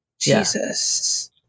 Jesus